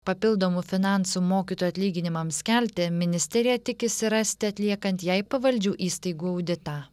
papildomų finansų mokytojų atlyginimams kelti ministerija tikisi rasti atliekant jai pavaldžių įstaigų auditą